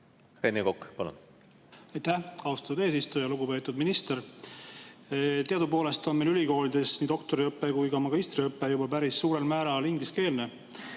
Rene Kokk, palun! Aitäh, austatud eesistuja! Lugupeetud minister! Teadupoolest on meil ülikoolides nii doktoriõpe kui ka magistriõpe juba päris suurel määral ingliskeelne.